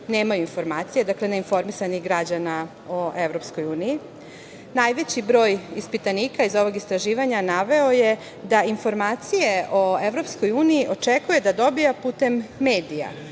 nemaju informacije, dakle ne informisanih građana o EU. Najveći broj ispitanika iz ovog istraživanja naveo je da informacije o EU očekuje da dobija putem medija